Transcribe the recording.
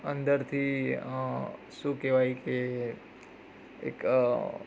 અંદરથી શું કહેવાય કે એક